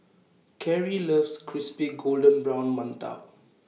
Cary loves Crispy Golden Brown mantou